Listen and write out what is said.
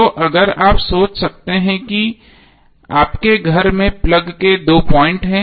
तो अगर आप सोच सकते हैं कि ये आपके घर में प्लग के दो पॉइंट हैं